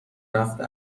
رفته